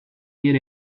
need